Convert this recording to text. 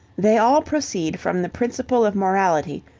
they all proceed from the principle of morality,